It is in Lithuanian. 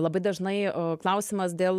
labai dažnai klausimas dėl